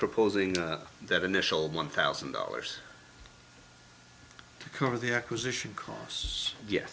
proposing that initial one thousand dollars to cover the acquisition costs ye